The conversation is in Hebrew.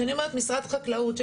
משרד החקלאות,